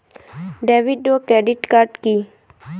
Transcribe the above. David ও credit card কি?